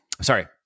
Sorry